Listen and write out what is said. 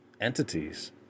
entities